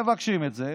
מבקשים את זה,